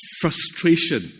frustration